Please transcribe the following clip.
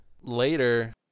Later